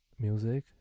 music